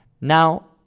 Now